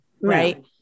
right